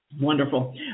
Wonderful